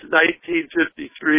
1953